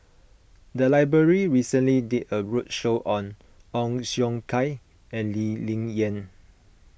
the library recently did a roadshow on Ong Siong Kai and Lee Ling Yen